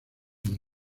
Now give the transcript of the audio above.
muy